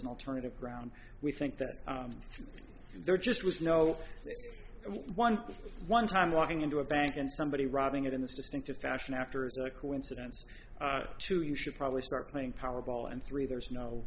an alternative ground we think that there just was no one one time walking into a bank and somebody robbing it in this distinctive fashion after is a coincidence too you should probably start playing powerball and three there is no